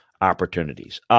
opportunities